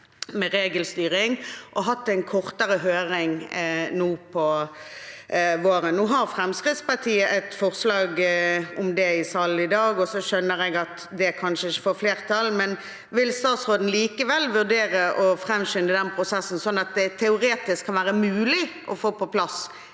regelstyring, og hatt en kortere høring nå på våren. Fremskrittspartiet har et forslag om det i salen i dag. Jeg skjønner at det kanskje ikke får flertall, men vil statsråden likevel vurdere å framskynde den prosessen, sånn at det teoretisk kan være mulig å få på plass